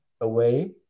away